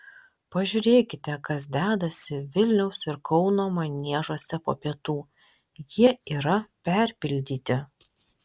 pažiūrėkite kas dedasi vilniaus ir kauno maniežuose po pietų jie yra perpildyti